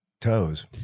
toes